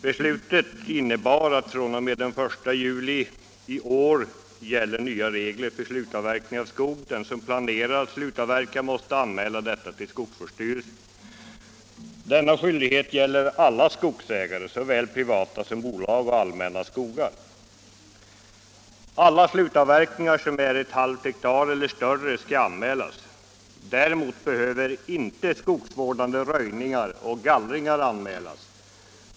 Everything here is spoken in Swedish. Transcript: Beslutet innebar att fr.o.m. den 1 juli i år gäller nya regler för slutavverkning av skog. Den som planerar att slutavverka måste anmäla detta till skogsvårdsstyrelse. Denna skyldighet gäller alla skogsägare, såväl privata som bolag, och även allmänna skogar. Alla slutavverkningar som omfattar ett halvt hektar eller mera skall anmälas. Däremot behöver inte skogsvårdande röjningar och gallringar anmälas.